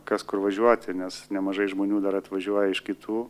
kas kur važiuoti nes nemažai žmonių dar atvažiuoja iš kitų